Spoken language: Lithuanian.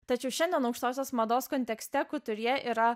tačiau šiandien aukštosios mados kontekste kuturjė yra